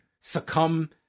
succumb